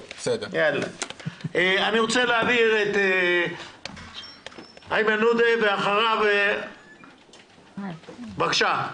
אני רוצה לתת לאיימן עודה, בבקשה.